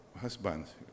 husbands